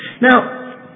Now